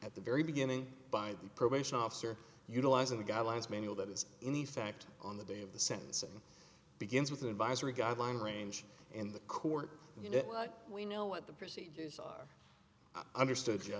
at the very beginning by the probation officer utilizing the guidelines manual that is in effect on the day of the sentencing begins with an advisory guideline range in the court you know what we know what the procedures are understood